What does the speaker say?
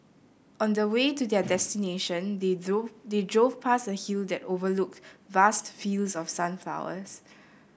on the way to their destination they they drove past a hill that overlooked vast fields of sunflowers